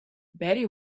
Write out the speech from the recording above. betty